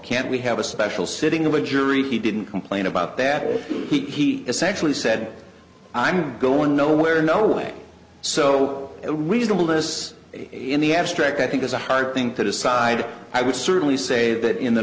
can't we have a special sitting of a jury he didn't complain about that he essentially said i'm going nowhere no way so reasonable this in the abstract i think is a hard thing to decide i would certainly say that in the